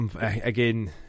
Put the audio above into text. again